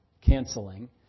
canceling